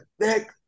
Nick